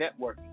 networking